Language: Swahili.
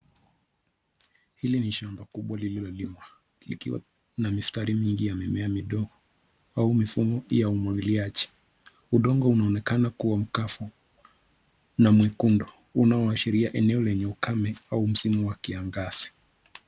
Hili ni shamba kubwa lililolimwa likiwa na mistari mingi ya mimea midogo au mifumo ya umwagiliaji , udongo uanonekana kuwa mkavu na mwekundu unaoashiria eneo lenye ukame au kiangazi.